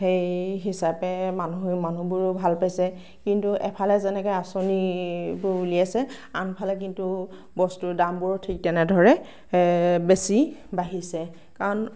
সেই হিচাপে মানুহ মানুহবোৰে ভাল পাইছে কিন্তু এফালে যেনেকে আচঁনিবোৰ উলিয়াইছে আনফালে কিন্তু বস্তুৰ দামবোৰো ঠিক তেনেদৰে বেছি বাহিছে কাৰণ